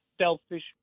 selfish